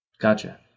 Gotcha